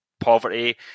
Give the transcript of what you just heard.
poverty